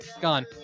Gone